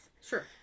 sure